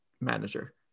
manager